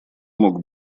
мог